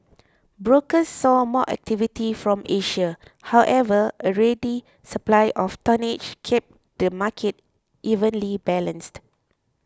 brokers saw more activity from Asia however a ready supply of tonnage kept the market evenly balanced